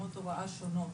ברמות הוראה שונות.